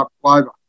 clover